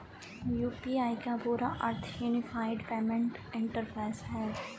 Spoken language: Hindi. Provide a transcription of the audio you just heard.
यू.पी.आई का पूरा अर्थ यूनिफाइड पेमेंट इंटरफ़ेस है